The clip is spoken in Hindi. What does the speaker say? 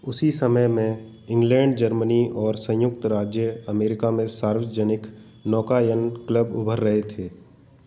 उसी समय में इंग्लैंड जर्मनी और संयुक्त राज्य अमेरिका में सार्वजनिक नौकायन क्लब उभर रहे थे